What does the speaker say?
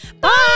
Bye